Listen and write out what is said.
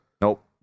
Nope